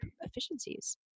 efficiencies